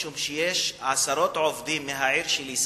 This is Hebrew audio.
משום שעשרות עובדים מהעיר שלי,